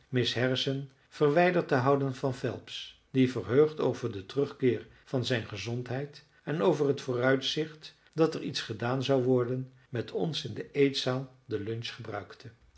miss harrison verwijderd te houden van phelps die verheugd over den terugkeer van zijn gezondheid en over het vooruitzicht dat er iets gedaan zou worden met ons in de eetzaal de lunch gebruikte